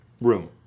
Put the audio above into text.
room